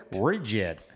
Rigid